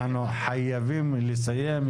אנחנו חייבים לסיים.